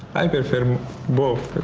i prefer both,